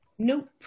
Nope